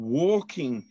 walking